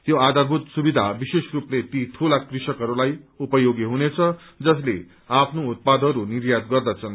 यो आधारभूत सुविधा विशेष रूपले ती ठूला कृषकहरूलाई उपयोगी हुनेद जसले आफ्नो उत्पादहरू निर्यात गर्दछन्